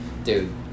Dude